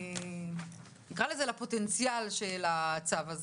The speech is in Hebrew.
נקרא לזה לפוטנציאל של הצו הזה,